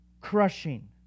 crushing